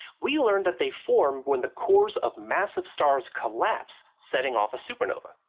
we learned that they form when the cores of massive stars collapse, setting off a supernova.